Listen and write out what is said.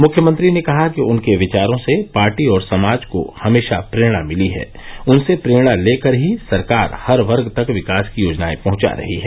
मुख्यमंत्री ने कहा कि उनके विचारों से पार्टी और समाज को हमेशा प्रेरणा मिली है उनसे प्रेरणा लेकर ही सरकार हर वर्ग तक विकास की योजनाए पहुंचा पा रही है